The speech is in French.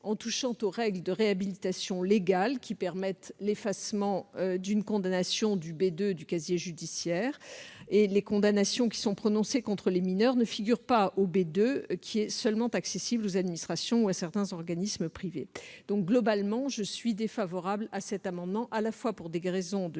en touchant aux règles de réhabilitation légale, qui permettent l'effacement d'une condamnation du B2 du casier judiciaire. Les condamnations prononcées contre les mineurs ne figurent pas au B2, seulement accessible aux administrations ou à certains organismes privés. Globalement, je suis donc défavorable à cet amendement, pour des raisons à la